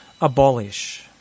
abolish